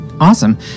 Awesome